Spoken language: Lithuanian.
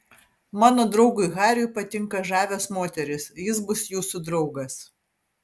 mano draugui hariui patinka žavios moterys jis bus jūsų draugas